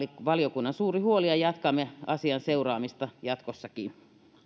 valiokunnan suuri huoli ja jatkamme asian seuraamista jatkossakin